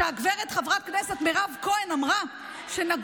שהגב' חברת הכנסת מירב כהן אמרה שנגעו